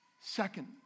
Second